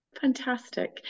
fantastic